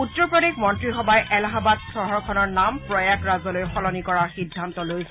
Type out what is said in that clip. উত্তৰ প্ৰদেশ মন্ত্ৰীসভাই এলাহাবাদ চহৰখনৰ নাম প্ৰয়াগৰাজলৈ সলনি কৰাৰ সিদ্ধান্ত লৈছে